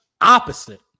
opposite